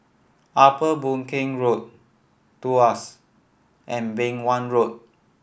Upper Boon Keng Road Tuas and Beng Wan Road